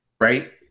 Right